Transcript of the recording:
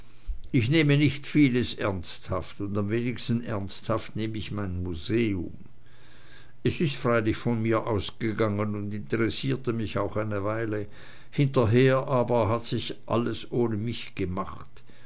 ich nehme nicht vieles ernsthaft und am wenigsten ernsthaft nehm ich mein museum es ist freilich von mir ausgegangen und interessierte mich auch eine weile hinterher aber hat sich eigentlich alles ohne mich ge